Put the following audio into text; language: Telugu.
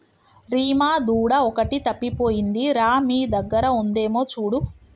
రీమా దూడ ఒకటి తప్పిపోయింది రా మీ దగ్గర ఉందేమో చూడు